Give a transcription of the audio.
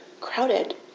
crowded